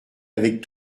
avec